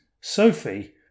Sophie